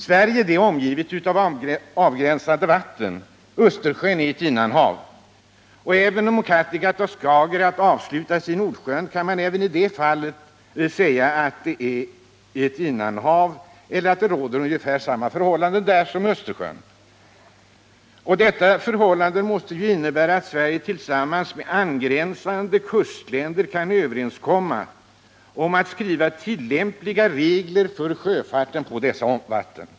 Sverige är omgivet av avgränsade vatten. Östersjön är ett innanhav. Även om Kattegatt och Skagerak avslutas i Nordsjön kan det sägas att samma förhållanden råder där som i Östersjön. Dessa förhållanden måste innebära att Sverige tillsammans med angränsande kustländer kan överenskomma om att skriva tillämpliga regler för sjöfarten på dessa vatten.